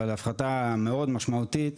אבל הפחתה מאוד משמעותית,